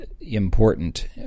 important